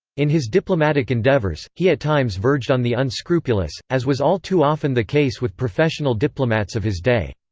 in his diplomatic endeavors, he at times verged on the unscrupulous, as was all too often the case with professional diplomats of his day.